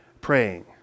praying